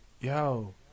yo